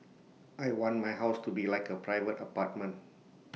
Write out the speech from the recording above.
I want my house to be like A private apartment